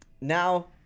now